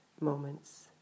moments